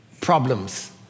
problems